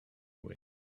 wing